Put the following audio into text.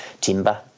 timber